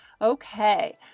Okay